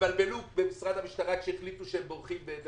במשרד לביטחון פנים התבלבלו כשהחליטו שהם בורחים.